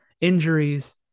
injuries